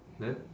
then